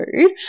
food